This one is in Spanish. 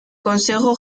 consejo